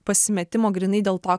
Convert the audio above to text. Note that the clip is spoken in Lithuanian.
pasimetimo grynai dėl to